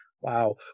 Wow